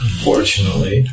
Unfortunately